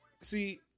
see